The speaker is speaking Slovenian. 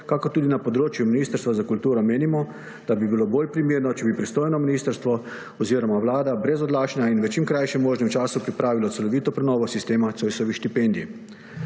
kakor tudi na področje Ministrstva za kulturo, menimo, da bi bilo bolj primerno, če bi pristojno ministrstvo oziroma Vlada brez odlašanja in v čim krajšem možnem času pripravilo celovito prenovo sistema Zoisovih štipendij.